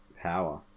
power